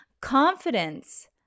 confidence